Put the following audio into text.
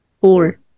Four